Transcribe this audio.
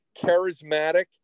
charismatic